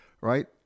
right